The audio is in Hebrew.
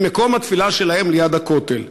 את מקום התפילה שלהם ליד הכותל.